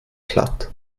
platt